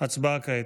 ההצבעה כעת.